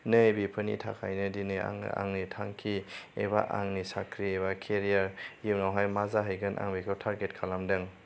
नैबेफोरनि थाखायनो दिनै आङो आंनि थांखि एबा आंनि साख्रि एबा केरियार इयुनावहाय मा जाहैगोन आं बेखौ टारगेट खालामदों